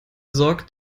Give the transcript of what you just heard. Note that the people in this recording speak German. sorgt